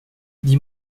dis